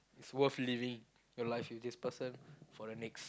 it's worth living your life with this person for the next